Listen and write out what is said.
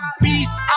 beast